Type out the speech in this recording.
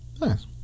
nice